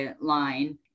line